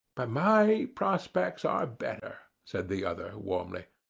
but my prospects are better, said the other, warmly.